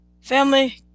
family